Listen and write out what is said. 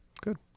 Good